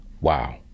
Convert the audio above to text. Wow